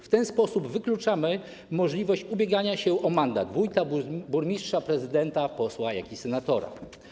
W ten sposób wykluczamy możliwość ubiegania się o mandat wójta, burmistrza, prezydenta, posła i senatora.